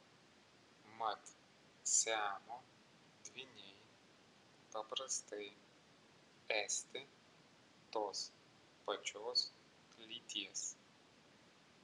mat siamo dvyniai paprastai esti tos pačios lyties